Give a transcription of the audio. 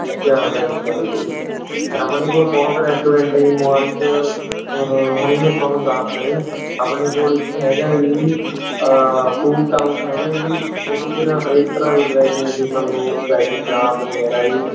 ਅੱਛਿਆ ਵੈਜ ਚਾਹੀਦਾ ਜੀ ਆਪਣੇ ਕੋਲ ਬਹੁਤ ਰੈਸਟਰੋਰੈਂਟ ਹੈ ਜੀ ਮੋਹਾਲੀ 'ਚ ਹੁਣੀ ਮੈਂ ਤੁਹਾਨੂੰ ਦੱਸਦਾ ਜੀ ਆਪਣੇ ਕੋਲ ਇੱਕ ਹੈਗਾ ਹੈ ਜੀ ਫੂਡ ਟਾਊਨ ਹੈਗਾ ਹੈ ਜੀ ਉਹਦੇ 'ਚ ਹਰੇਕ ਤਰ੍ਹਾਂ ਦੀ ਵੈਰਾਈਟੀ ਮਿਲੂ ਤੁਹਾਨੂੰ ਵੈਜ ਚਾਪ ਵਗੈਰਾ ਜੀ